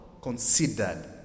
considered